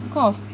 what kind of